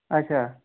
اچھا